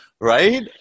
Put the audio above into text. right